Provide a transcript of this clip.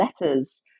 letters